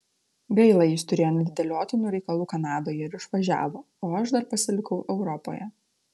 gaila jis turėjo neatidėliotinų reikalų kanadoje ir išvažiavo o aš dar pasilikau europoje